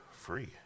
free